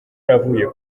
navuye